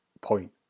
point